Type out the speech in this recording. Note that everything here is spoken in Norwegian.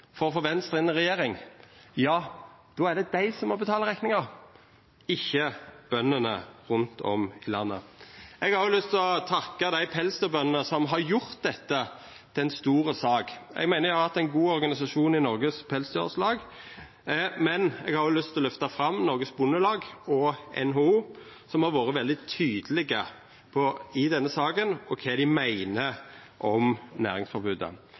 for å få Venstre inn i regjering. Då er det dei som må betala rekninga, ikkje bøndene rundt om i landet. Eg har òg lyst til å takka pelsdyrbøndene som har gjort dette til ei stor sak. Eg meiner me har hatt ein god organisasjon i Norges Pelsdyralslag, men eg har òg lyst til å løfta fram Norges Bondelag og NHO, som i denne saka har vore veldig tydelege på kva dei meiner om næringsforbodet.